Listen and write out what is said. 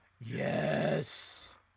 Yes